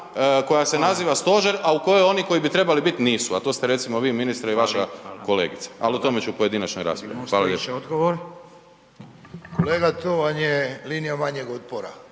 koja se naziva stožer, a u kojoj oni koji bi trebali bit nisu, a to ste recimo vi ministre i vaša kolegica, al o tome ću u pojedinačnoj raspravi. Hvala lijepo. **Radin, Furio